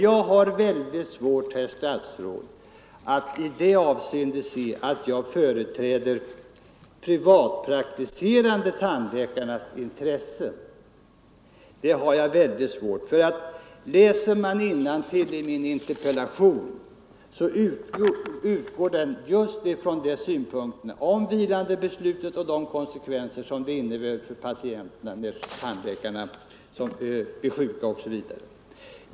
Jag har mycket svårt, herr statsråd, att inse att jag i det avseendet företräder de privatpraktiserande tandläkarnas intressen. Läser man innantill i min interpellation finner man att den utgår just från de konsekvenser som vilandebeslutet medför för patienterna när tandläkare blir sjuka osv.